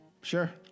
Sure